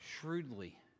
shrewdly